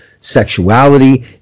sexuality